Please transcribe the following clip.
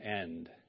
end